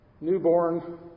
newborn